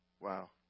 Wow